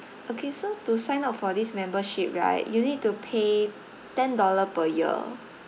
okay so to sign up for this membership right you need to pay ten dollar per year